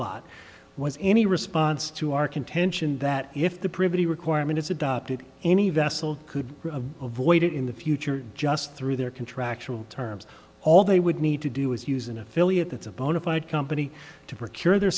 lot was any response to our contention that if the privy requirement is adopted any vessel could avoid it in the future just through their contractual terms all they would need to do is use an affiliate that's a bona fide company to procure their